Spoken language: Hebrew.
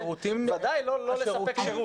השירותים האלה הם לא וולנטריים.